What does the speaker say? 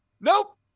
Nope